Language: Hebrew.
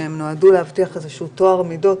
שנועדו להבטיח טוהר מידות: